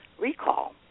recall